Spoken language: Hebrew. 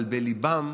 אבל בליבם,